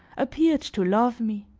appeared to love me.